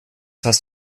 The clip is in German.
hast